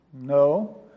No